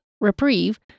reprieve